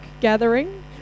gathering